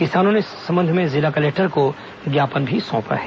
किसानों ने इस संबंध में जिला कलेक्टर को ज्ञापन भी सौंपा है